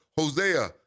Hosea